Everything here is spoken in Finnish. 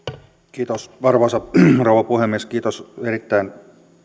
arvoisa rouva puhemies kiitos erittäin